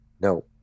No